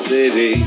City